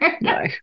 No